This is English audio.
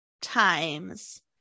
times